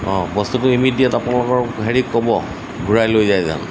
অঁ বস্তুটো ইমিডিয়েট আপোনালোকৰ হেৰিক ক'ব ঘূৰাই লৈ যায় যেন